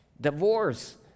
divorce